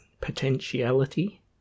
potentiality